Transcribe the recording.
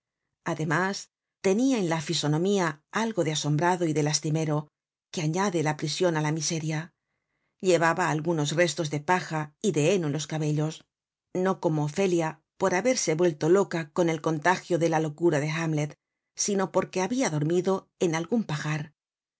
además tenia en la fisonomía algo de asombrado y de lastimero que añade la prision á la miseria llevaba algunos restos de paja y de heno en los cabellos no como ofelia por haberse vuelto loca con el contagio de la locura de hamlet sino porque habia dormido en algun pajar